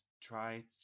try